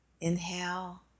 Inhale